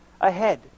ahead